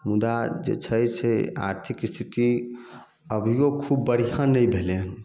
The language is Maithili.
मुदा जे छै से आर्थिक स्थिति अभियो खूब बढ़िआँ नहि भेलै हन